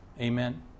Amen